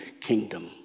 kingdom